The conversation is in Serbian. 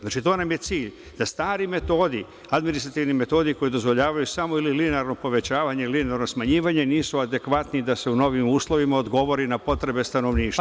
Znači, to nam je cilj – da stari metodi, administrativni metodi koji dozvoljavaju samo ili linearno povećavanje ili linearno smanjivanje, nisu adekvatni da se u novim uslovima odgovori na potrebe stanovništva.